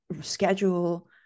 schedule